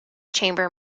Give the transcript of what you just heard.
chamber